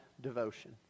devotion